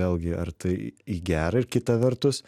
vėlgi ar tai į gerą ir kita vertus